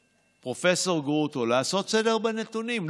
לפרופ' גרוטו, לעשות סדר בנתונים.